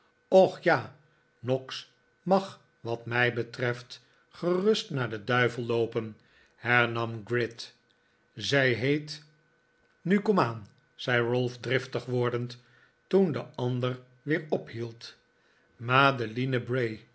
och ja noggs mag wat mij betreft gerust naar den duivel loopen hernam gride zij heet nu komaan zei ralph driftig wordend toen de ander weer ophield madeline bray